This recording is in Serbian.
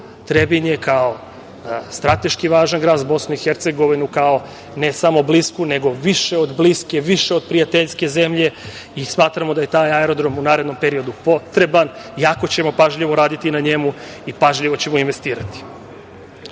Trebinje kao strateški važan grad za Bosnu i Hercegovinu, kao ne samo blisku, nego više od bliske, više od prijateljske zemlje i smatramo da je taj aerodrom u narednom periodu potreban. Jako ćemo pažljivo raditi na njemu i pažljivo ćemo investirati. Što